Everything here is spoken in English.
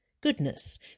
goodness